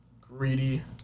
Greedy